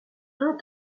hein